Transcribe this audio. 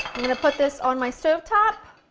and put this on my stove top,